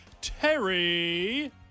Terry